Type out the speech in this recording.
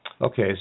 Okay